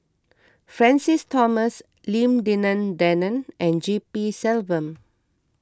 Francis Thomas Lim Denan Denon and G P Selvam